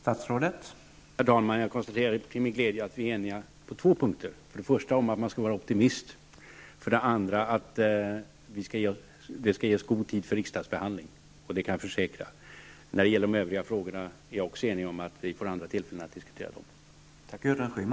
Herr talman! Jag konstaterar till min glädje att vi är eniga på två punkter: för det första om att man skall vara optimist, för det andra om att det skall ges god tid för riksdagsbehandling; det kan jag försäkra. När det gäller de övriga frågorna är jag överens med Gudrun Schyman om att vi får andra tillfällen att diskutera dem.